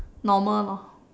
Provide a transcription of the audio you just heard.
normal lor